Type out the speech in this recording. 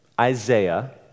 Isaiah